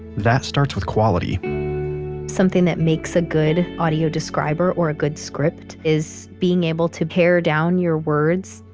that starts with quality something that makes a good audio describer or a good script is being able to pare down your words.